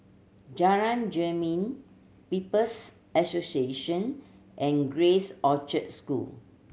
Jalan Jermin People's Association and Grace Orchard School